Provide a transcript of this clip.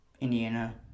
Indiana